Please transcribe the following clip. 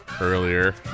earlier